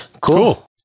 Cool